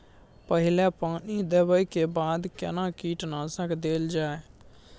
पहिले पानी देबै के बाद केना कीटनासक देल जाय?